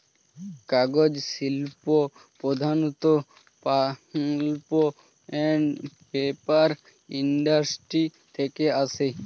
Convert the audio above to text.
কাগজ শিল্প প্রধানত পাল্প অ্যান্ড পেপার ইন্ডাস্ট্রি থেকে আসে